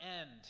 end